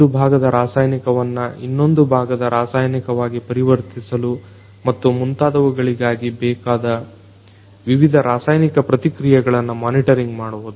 ಒಂದು ಭಾಗದ ರಾಸಾಯನಿಕವನ್ನ ಇನ್ನೊಂದು ಭಾಗದ ರಾಸಾಯನಿಕವಾಗಿ ಪರಿವರ್ತಿಸಲು ಮತ್ತು ಮುಂತಾದವುಗಳಿಗೆ ಬೇಕಾದ ವಿವಿಧ ರಾಸಾಯನಿಕ ಪ್ರತಿಕ್ರೀಯೆಗಳನ್ನ ಮೊನಿಟರಿಂಗ್ ಮಾಡುವುದು